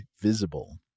Visible